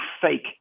fake